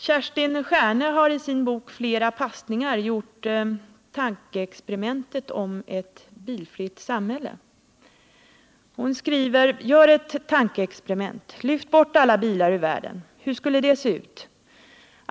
Kerstin Stjärne har i sin bok Flera passningar gjort tankeexperimentet om ett bilfritt samhälle. Hon skriver: ”Gör ett tankeexperiment: Lyft bort alla bilar ur världen! Hur skulle det se ut?